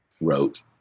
wrote